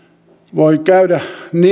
voi käydä niin että